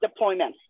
deployments